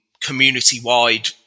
community-wide